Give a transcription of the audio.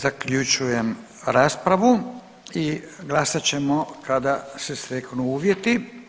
Zaključujem raspravu i glasat ćemo kada se steknu uvjeti.